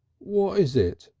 what is it?